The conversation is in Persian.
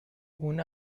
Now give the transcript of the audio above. اون